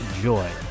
joy